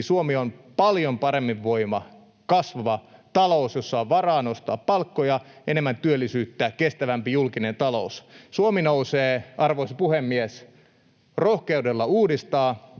Suomi on paljon paremmin voiva, kasvava talous, jossa on varaa nostaa palkkoja, enemmän työllisyyttä, kestävämpi julkinen talous. Suomi nousee, arvoisa puhemies, rohkeudella uudistaa,